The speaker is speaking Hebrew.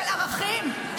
של ערכים,